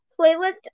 playlist